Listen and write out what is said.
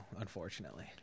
unfortunately